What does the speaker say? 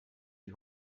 die